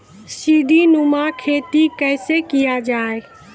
सीडीनुमा खेती कैसे किया जाय?